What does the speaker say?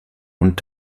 und